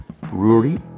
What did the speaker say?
Brewery